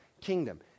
kingdom